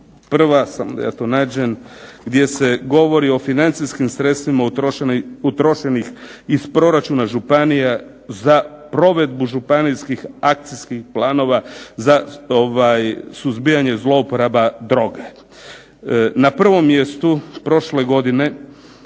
151., samo da ja to nađem, gdje se govori o financijskim sredstvima utrošenih iz proračuna županija za provedbu županijskih akcijskih planova za suzbijanje zlouporaba droge. Na prvom mjestu prošle godine,